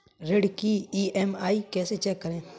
ऋण की ई.एम.आई कैसे चेक करें?